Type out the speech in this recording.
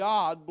God